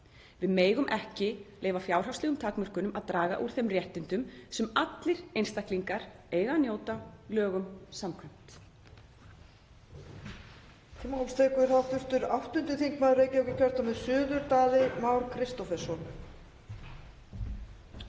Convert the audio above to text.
Við megum ekki leyfa fjárhagslegum takmörkunum að draga úr þeim réttindum sem allir einstaklingar eiga að njóta lögum samkvæmt.